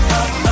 up